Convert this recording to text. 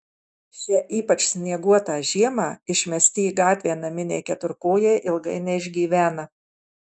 šią ypač snieguotą žiemą išmesti į gatvę naminiai keturkojai ilgai neišgyvena